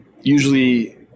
usually